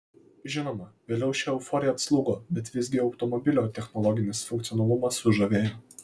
žinoma vėliau ši euforija atslūgo bet visgi automobilio technologinis funkcionalumas sužavėjo